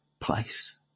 place